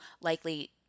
likely